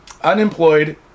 unemployed